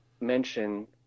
mention